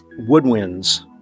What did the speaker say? woodwinds